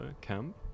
camp